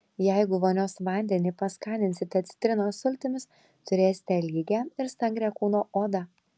jeigu vonios vandenį paskaninsite citrinos sultimis turėsite lygią ir stangrią kūno odą